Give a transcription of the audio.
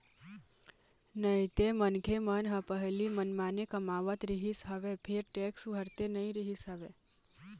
नइते मनखे मन ह पहिली मनमाने कमावत रिहिस हवय फेर टेक्स भरते नइ रिहिस हवय